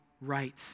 right